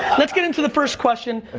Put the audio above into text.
let's get into the first question.